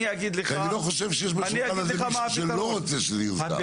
לא חושב שיש מישהו בשולחן הזה שלא רוצה שיוסדר.